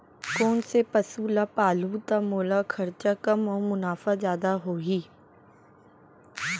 कोन से पसु ला पालहूँ त मोला खरचा कम अऊ मुनाफा जादा होही?